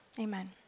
amen